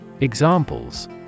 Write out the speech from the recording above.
Examples